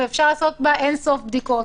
ואפשר לעשות איתה אין סוף בדיקות.